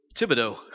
Thibodeau